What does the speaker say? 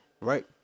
right